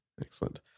Excellent